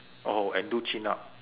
oh and do chin up